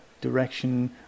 direction